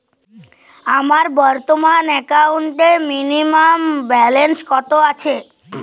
আমার বর্তমান একাউন্টে মিনিমাম ব্যালেন্স কত আছে?